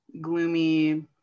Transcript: gloomy